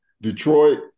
Detroit